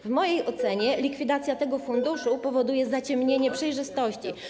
W mojej ocenie likwidacja tego funduszu spowoduje zaciemnienie przejrzystości.